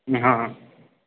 हँ